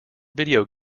video